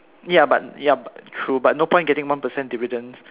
ya but ya but true no point getting one percent dividends